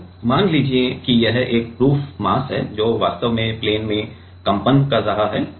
तो मान लीजिए कि यह एक प्रूफ मास है जो वास्तव में प्लेन में कंपन कर रहा है